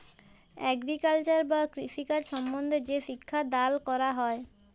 agriculture বা কৃষিকাজ সম্বন্ধে যে শিক্ষা দাল ক্যরা হ্যয়